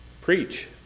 preach